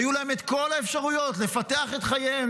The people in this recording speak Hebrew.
היו להם את כל האפשרויות לפתח את חייהם,